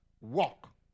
walk